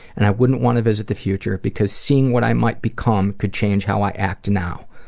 and i wouldn't want to visit the future because seeing what i might become could change how i act now.